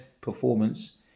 performance